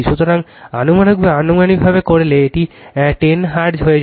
সুতরাং এটি আনুমানিকভাবে করলে এটি 10 হার্টজ হয়ে যাবে